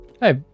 Hey